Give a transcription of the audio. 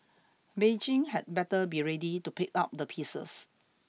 Beijing had better be ready to pick up the pieces